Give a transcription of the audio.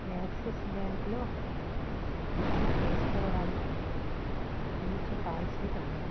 axis బ్యాంకులో బీమా చేసుకోవడానికి మంచి పాలసీలు ఉన్నాయి